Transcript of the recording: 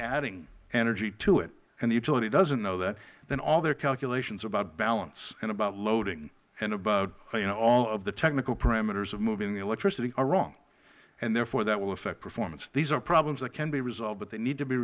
adding energy to it and the utility doesn't know that then all their calculations are about balance and about loading and about all of the technical parameters of moving the electricity are wrong and therefore that will affect performance these are problems that can be resolved but they need to be